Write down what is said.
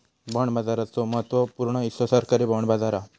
bond बाजाराचो महत्त्व पूर्ण हिस्सो सरकारी बाँड बाजार हा